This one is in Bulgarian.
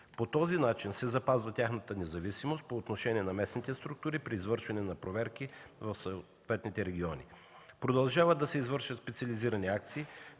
По този начин се запазва тяхната независимост по отношение на местните структури при извършване на проверки в съответните региони. Продължават да се извършват специализирани акции,